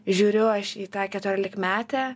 žiūriu aš į tą keturiolikmetę